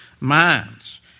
minds